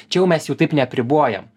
čia jau mes jau taip neapribojam